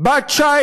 בת 19,